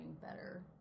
better